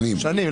שנים.